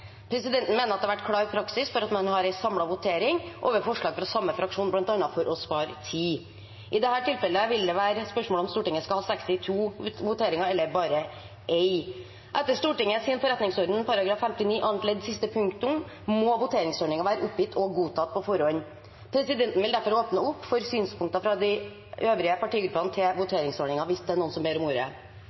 Presidenten mener det har vært klar praksis for at man har en samlet votering over forslag fra samme fraksjon, bl.a. for å spare tid. I dette tilfellet vil det være spørsmål om Stortinget skal ha 62 voteringer, eller bare én votering. Etter Stortingets forretningsorden § 59 annet ledd siste punktum må voteringsordningen «være oppgitt og godtatt på forhånd». Presidenten vil derfor åpne opp for synspunkter fra de øvrige partigruppene til voteringsordningen. Ber noen om ordet?